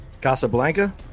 Casablanca